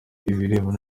ibirebana